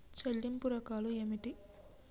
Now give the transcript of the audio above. చెల్లింపు రకాలు ఏమిటి?